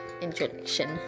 introduction